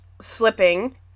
slipping